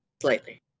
Slightly